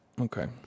Okay